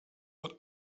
wird